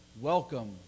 welcome